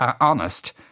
honest